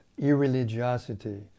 irreligiosity